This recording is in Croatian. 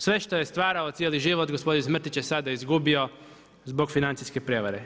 Sve što je stvarao cijeli život gospodin Smrtić je sada izgubio zbog financijske prevare.